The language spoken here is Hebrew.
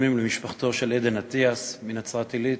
לתנחומים למשפחתו של עדן אטיאס מנצרת-עילית,